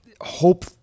hope